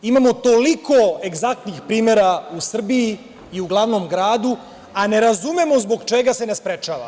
Imamo toliko egzaktnih primera u Srbiji i u glavnom gradu, a ne razumemo zbog čega se ne sprečava?